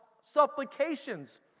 supplications